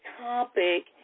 topic